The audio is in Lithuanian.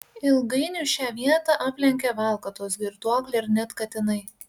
ilgainiui šią vietą aplenkia valkatos girtuokliai ir net katinai